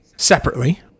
Separately